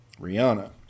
Rihanna